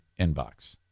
Inbox